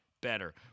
better